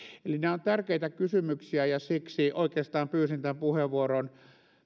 eli nämä ovat tärkeitä kysymyksiä ja siksi oikeastaan pyysin tämän puheenvuoron